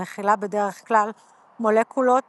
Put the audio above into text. המכילה בדרך-כלל מולקולות